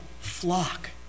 flock